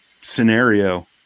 scenario